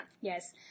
yes